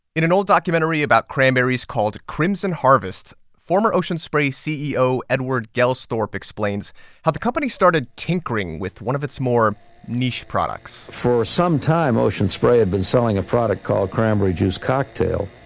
in an old documentary about cranberries called crimson harvest, former ocean spray ceo edward gelsthorpe explains how the company started tinkering with one of its more niche products for some time, ocean spray had been selling a product called cranberry juice cocktail,